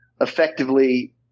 effectively